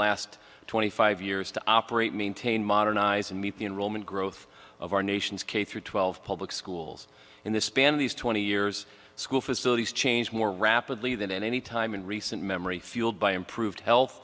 last twenty five years to operate maintain modernize and meet the enrollment growth of our nation's k through twelve public schools in the span of these twenty years school facilities changed more rapidly than any time in recent memory fueled by improved health